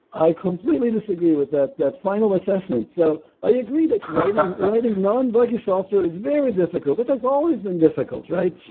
i completely disagree with that that final assessment. so i agree that writing non buggy software is very difficult. it has always been difficult. i